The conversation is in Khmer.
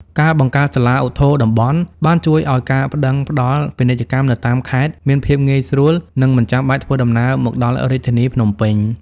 ការបង្កើតសាលាឧទ្ធរណ៍តំបន់ បានជួយឱ្យការប្ដឹងផ្ដល់ពាណិជ្ជកម្មនៅតាមខេត្តមានភាពងាយស្រួល និងមិនចាំបាច់ធ្វើដំណើរមកដល់រាជធានីភ្នំពេញ។